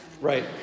right